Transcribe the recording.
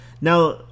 Now